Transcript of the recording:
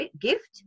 gift